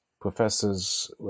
professors